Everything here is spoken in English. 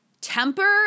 temper